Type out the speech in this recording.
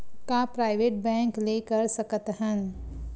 का private bank ले कर सकत हन?